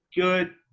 good